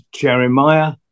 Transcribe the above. Jeremiah